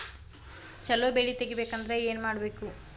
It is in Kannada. ಛಲೋ ಬೆಳಿ ತೆಗೇಬೇಕ ಅಂದ್ರ ಏನು ಮಾಡ್ಬೇಕ್?